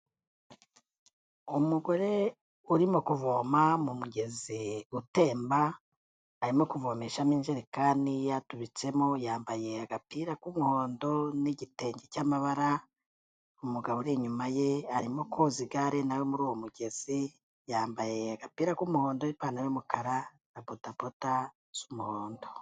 Umugore urimo kuvoma mu mugezi utemba, arimo kuvomeshamo injerekani yadubitsemo, yambaye agapira k'umuhondo n'igitenge cy'amabara, umugabo uri inyuma ye arimo koza igare na we muri uwo mugezi, yambaye agapira k'umuhondo, ipantaro y'umukara na bodaboda z'umuhondo.